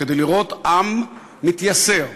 לראות עם מתייסר,